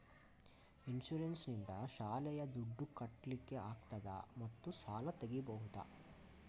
Insurance ನಿಂದ ಶಾಲೆಯ ದುಡ್ದು ಕಟ್ಲಿಕ್ಕೆ ಆಗ್ತದಾ ಮತ್ತು ಸಾಲ ತೆಗಿಬಹುದಾ?